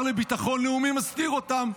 אבל השר לביטחון לאומי מסתיר אותם.